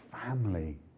family